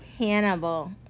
Hannibal